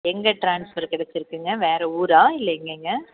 எங்கே ட்ரான்ஸ்பர் கிடச்சி இருங்குங்க வேறு ஊராக இல்லை எங்கேங்க